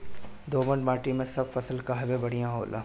दोमट माटी मै सब फसल काहे बढ़िया होला?